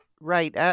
right